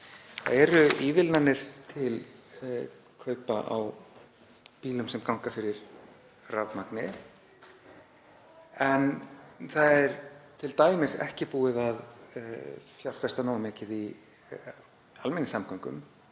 er. Ívilnanir eru til kaupa á bílum sem ganga fyrir rafmagni en það er t.d. ekki búið að fjárfesta nógu mikið í almenningssamgöngum